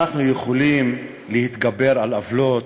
ואנחנו יכולים להתגבר על עוולות,